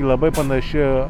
labai panaši